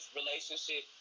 relationship